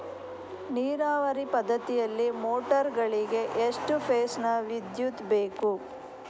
ನೀರಾವರಿ ಪದ್ಧತಿಯಲ್ಲಿ ಮೋಟಾರ್ ಗಳಿಗೆ ಎಷ್ಟು ಫೇಸ್ ನ ವಿದ್ಯುತ್ ಬೇಕು?